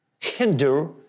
hinder